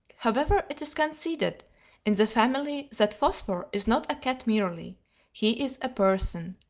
however, it is conceded in the family that phosphor is not a cat merely he is a person,